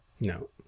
No